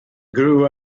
grew